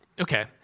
Okay